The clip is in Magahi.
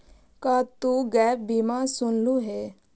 का तु गैप बीमा सुनलहुं हे?